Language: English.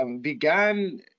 began